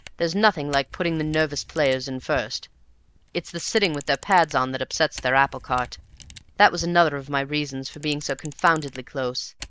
there's nothing like putting the nervous players in first it's the sitting with their pads on that upsets their applecart that was another of my reasons for being so confoundedly close.